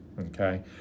okay